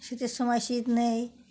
শীতের সময় শীত নেই